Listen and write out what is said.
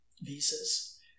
visas